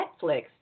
Netflix